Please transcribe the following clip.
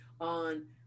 on